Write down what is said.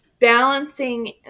Balancing